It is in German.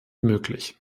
möglich